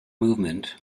movement